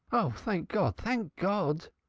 oh, thank god! thank god!